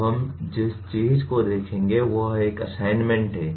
अब हम जिस चीज को देखेंगे वह एक असाइनमेंट है